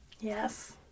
Yes